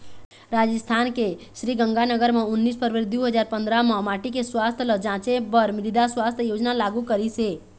राजिस्थान के श्रीगंगानगर म उन्नीस फरवरी दू हजार पंदरा म माटी के सुवास्थ ल जांचे बर मृदा सुवास्थ योजना लागू करिस हे